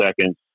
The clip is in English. seconds